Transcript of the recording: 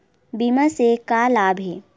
बीमा से का लाभ हे?